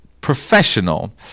professional